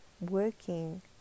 working